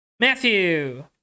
Matthew